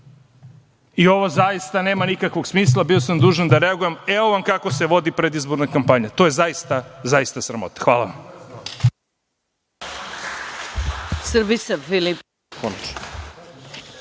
Ovo zaista nema nikakvog smisla i bio sam dužan da reagujem, evo vam kako se vodi predizborna kampanja. To je zaista sramota. **Maja